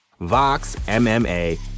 VOXMMA